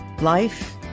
life